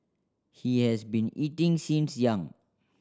he has been eating since young